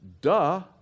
Duh